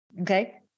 Okay